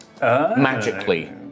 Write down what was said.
magically